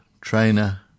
trainer